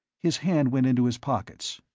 his hand went into his pockets.